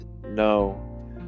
no